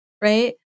right